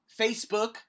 Facebook